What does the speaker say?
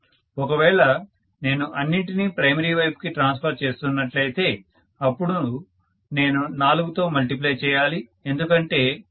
ఒకవేళ నేను అన్నింటినీ ప్రైమరీ వైపు కి ట్రాన్సఫర్ చేస్తున్నట్లయితే అపుడు నేను 4 తో మల్టిప్లై చేయాలి ఎందుకంటే 22212